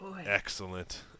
excellent